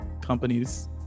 companies